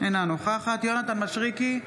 אינה נוכחת יונתן מישרקי,